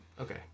Okay